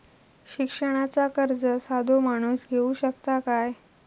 शिक्षणाचा कर्ज साधो माणूस घेऊ शकता काय?